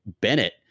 Bennett